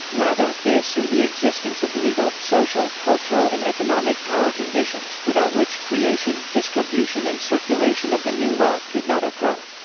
rather, they assume the existence of legal, social, cultural and economic power conditions, without which creation, distribution and circulation of the new wealth could not occur.